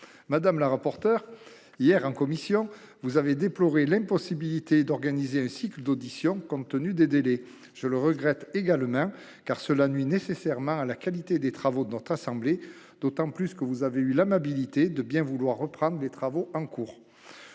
Madame le rapporteur, hier, en commission, vous avez déploré l'impossibilité d'organiser un cycle d'auditions compte tenu des délais. Je le regrette également, car cela nuit à la qualité des travaux de notre assemblée, d'autant plus que vous avez eu l'amabilité de bien vouloir reprendre les travaux en cours.